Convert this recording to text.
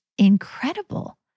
incredible